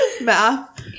Math